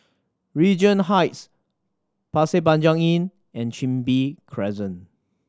Regent Heights Pasir Panjang Inn and Chin Bee Crescent